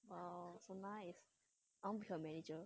!wow! so nice I want be her manager